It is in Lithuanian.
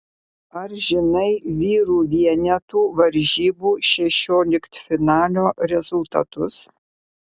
ar žinai vyrų vienetų varžybų šešioliktfinalio rezultatus